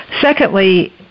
Secondly